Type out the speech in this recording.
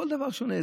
כל דבר שונה,